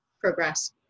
progress